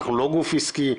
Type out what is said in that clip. אנחנו לא גוף עסקי,